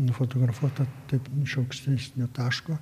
nufotografuota taip iš aukštesnio taško